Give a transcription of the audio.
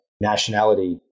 nationality